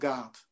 God